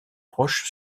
roche